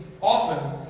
often